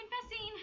confessing